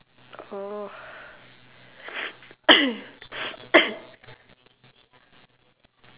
oh